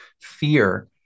Fear